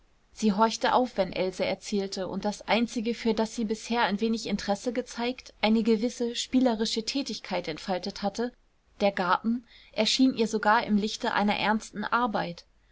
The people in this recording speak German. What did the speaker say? sie horchte auf wenn else erzählte und das einzige für das sie bisher ein wenig interesse gezeigt eine gewisse spielerische tätigkeit entfaltet hatte der garten erschien ihr sogar im lichte einer ernsten arbeit